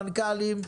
מנכ"לים.